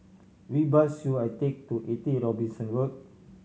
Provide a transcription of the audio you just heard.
which bus should I take to Eighty Robinson Road